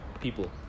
people